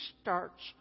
starts